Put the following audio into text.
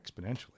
exponentially